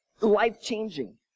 life-changing